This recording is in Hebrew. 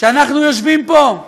כשאנחנו יושבים פה,